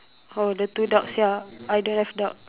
oh the two ducks ya I don't have duck